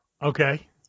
Okay